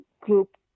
group